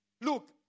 Look